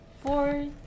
four